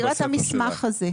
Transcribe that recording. כן, היא הסתירה את המסמך הזה.